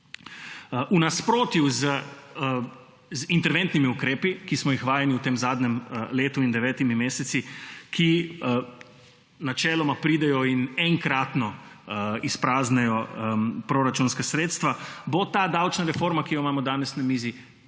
V nasprotju z interventnimi ukrepi, ki smo jih vajeni v tem zadnjem letu in devetih mesecih, ki načeloma pridejo in enkratno izpraznijo proračunska sredstva, bo ta davčna reforma, ki jo imamo danes na mizi,